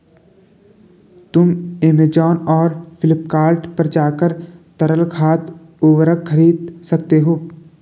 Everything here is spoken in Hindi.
तुम ऐमेज़ॉन और फ्लिपकार्ट पर जाकर तरल खाद उर्वरक खरीद सकते हो